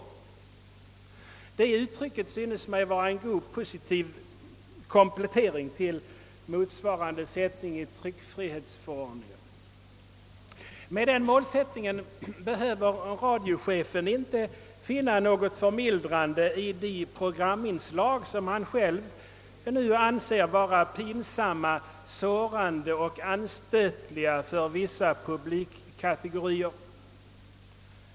Detta uttalande synes mig vara en god positiv komplettering till motsvarande sättning 1 tryckfrihetsförordningen. Med den målsättningen behöver radiochefen inte finna något förmildrande i de programinslag som han själv finner vara »pinsamma, sårande och anstötliga för vissa publikkategorier».